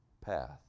path